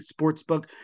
Sportsbook